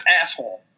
asshole